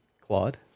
Claude